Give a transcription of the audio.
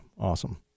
Awesome